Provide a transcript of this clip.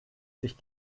sich